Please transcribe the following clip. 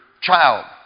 child